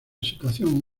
situación